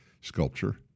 sculpture